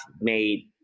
made